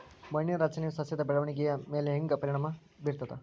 ಮಣ್ಣಿನ ರಚನೆಯು ಸಸ್ಯದ ಬೆಳವಣಿಗೆಯ ಮೇಲೆ ಹೆಂಗ ಪರಿಣಾಮ ಬೇರ್ತದ?